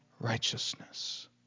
righteousness